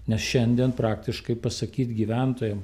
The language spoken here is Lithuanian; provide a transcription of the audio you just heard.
nes šiandien praktiškai pasakyt gyventojam